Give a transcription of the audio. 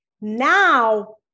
Now